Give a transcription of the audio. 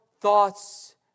thoughts